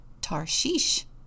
Tarshish